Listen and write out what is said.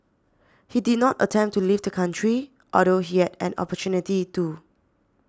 he did not attempt to leave the country although he had an opportunity to